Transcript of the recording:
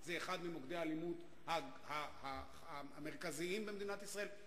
הם ממוקדי האלימות המרכזיים במדינת ישראל,